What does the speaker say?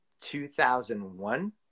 2001